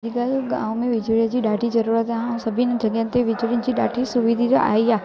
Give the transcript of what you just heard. अॼुकल्ह गाव में विझड़े जी ॾाढी जरूरत आ अऊं सभिनि जॻहनि ते विझड़े जी ॾाढी सुविधी जो आई आ